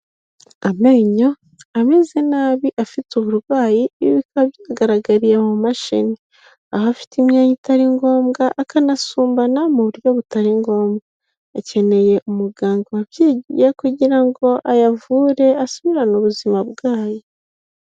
Amenyo ameze nabi afite uburwayi ibyo byagaragariye mu mashini, aho afite imyanda itari ngombwa akanasumbana mu buryo butari ngombwa, akeneye umuganga wabyigiye kugira ngo ayavurwe asubirane ubuzima bwayo.